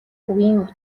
үгийн